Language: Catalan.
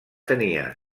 tenia